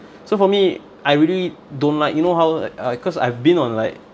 so for me I really don't like you know how uh I cause I've been on like